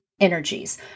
energies